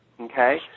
Okay